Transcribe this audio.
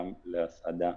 גם להסעדה,